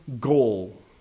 goal